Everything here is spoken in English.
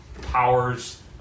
powers